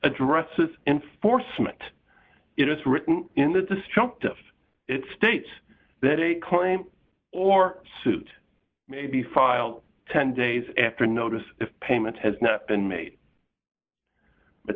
addresses enforcement it is written in the destructive it states that a claim or suit may be filed ten days after notice if payment has not been made